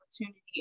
opportunity